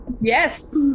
Yes